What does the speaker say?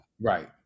Right